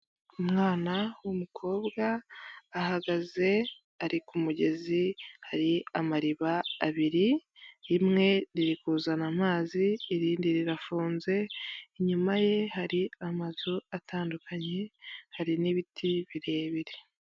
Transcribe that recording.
Umwana w'umukobwa, ahagaze ari ku mugezi, hari amariba abiri, rimwe riri kuzana amazi, irindi rirafunze, inyuma ye hari amazu atandukanye, hari n'ibiti birebire.